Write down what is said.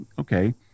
okay